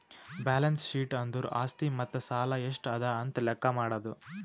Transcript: balance sheet ಅಂದುರ್ ಆಸ್ತಿ ಮತ್ತ ಸಾಲ ಎಷ್ಟ ಅದಾ ಅಂತ್ ಲೆಕ್ಕಾ ಮಾಡದು